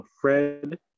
Fred